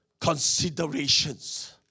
considerations